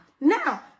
Now